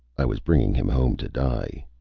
i was bringing him home to die.